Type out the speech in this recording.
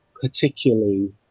particularly